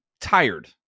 tired